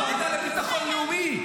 זו הוועדה לביטחון לאומי.